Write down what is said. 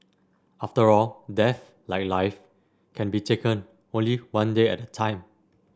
after all death like life can be taken only one day at a time